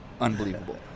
unbelievable